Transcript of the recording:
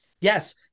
Yes